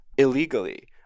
illegally